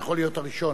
אתה יכול להיות הראשון.